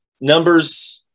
numbers